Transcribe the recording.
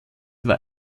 war